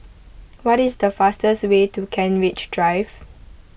what is the fastest way to Kent Ridge Drive